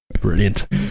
Brilliant